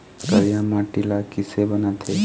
करिया माटी ला किसे बनाथे?